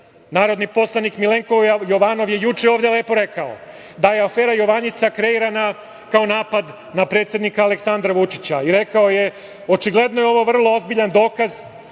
narodni poslanik Milenko Jovanov je juče ovde lepo rekao da je afera „Jovanjica“ kreirana kao napad na predsednika Aleksandra Vučića i rekao je da je ovo očigledno vrlo ozbiljan dokaz